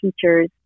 teachers